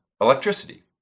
electricity